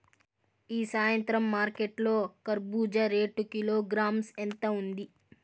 ఈ సాయంత్రం మార్కెట్ లో కర్బూజ రేటు కిలోగ్రామ్స్ ఎంత ఉంది?